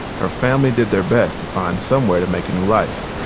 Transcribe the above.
her family did their best to find somewhere to make a new life.